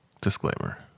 disclaimer